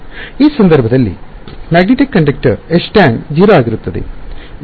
ಆ ಸಂದರ್ಭದಲ್ಲಿ magnetic conductor Htan 0 ಆಗಿರುತ್ತದೆ